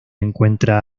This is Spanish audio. encuentra